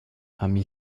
ami